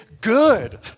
good